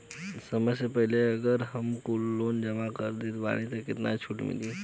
समय से पहिले अगर हम कुल लोन जमा कर देत हई तब कितना छूट मिली?